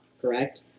correct